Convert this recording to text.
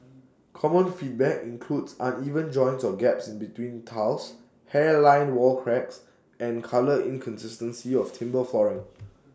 common feedback includes uneven joints or gaps in between tiles hairline wall cracks and colour inconsistency of timber flooring